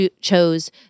chose